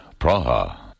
Praha